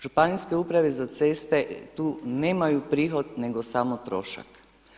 Županijske uprave za ceste tu nemaju prihod nego samo trošak.